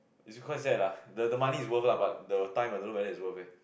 which is quite sad lah the the money is worth lah but the time I don't know whether it's worth eh